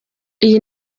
iyi